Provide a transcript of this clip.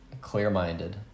clear-minded